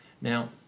Now